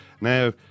Now